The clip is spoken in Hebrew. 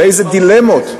באילו דילמות,